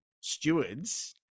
stewards